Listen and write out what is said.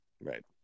right